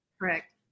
Correct